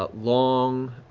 but long,